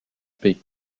paie